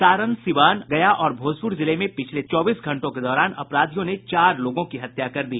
सारण सीवान गया और भोजपुर जिले में पिछले चौबीस घंटों के दौरान अपराधियों ने चार लोगों की हत्या कर दी